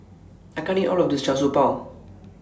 I can't eat All of This Char Siew Bao